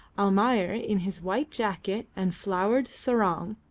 almayer in his white jacket and flowered sarong,